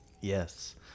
yes